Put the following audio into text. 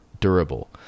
durable